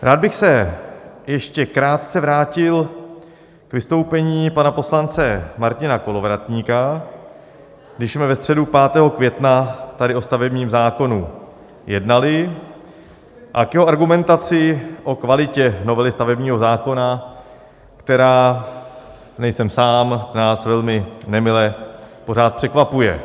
Rád bych se ještě krátce vrátil k vystoupení pana poslance Martina Kolovratníka, když jsme ve středu 5. května tady o stavebním zákonu jednali, a k jeho argumentaci o kvalitě novely stavebního zákona, která nejsem sám nás velmi nemile pořád překvapuje.